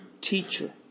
teacher